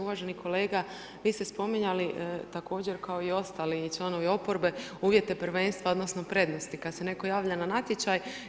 Uvaženi kolega vi ste spominjali također kao i ostali članovi oporbe uvjete prvenstva odnosno prednosti kad se netko javlja na natječaj.